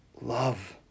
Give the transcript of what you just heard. love